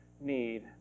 need